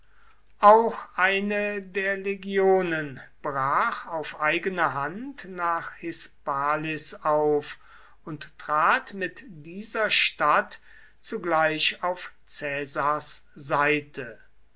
auch eine der legionen brach auf eigene hand nach hispalis auf und trat mit dieser stadt zugleich auf caesars seite